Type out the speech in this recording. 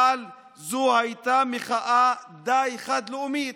אבל זו הייתה מחאה די חד-לאומית.